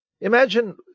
imagine